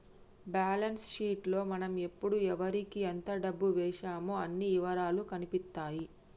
balance sheet లో మనం ఎప్పుడు ఎవరికీ ఎంత డబ్బు వేశామో అన్ని ఇవరాలూ కనిపిత్తాయి